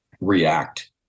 react